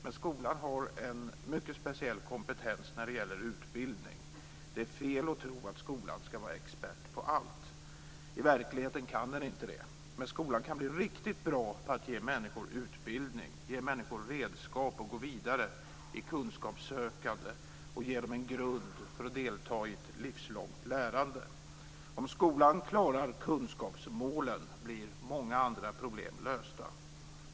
Men skolan har en mycket speciell kompetens när det gäller utbildning. Det är fel att tro att skolan ska vara expert på allt. I verkligheten kan den inte det. Men skolan kan bli riktigt bra på att ge människor utbildning, att ge människor redskap för att gå vidare i kunskapssökandet och att ge människor en grund för att delta i ett livslångt lärande. Om skolan klarar kunskapsmålen blir många andra problem lösta.